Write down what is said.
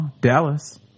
Dallas